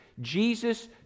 Jesus